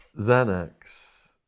Xanax